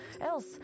Else